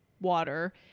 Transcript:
water